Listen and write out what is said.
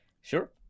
Sure